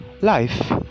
life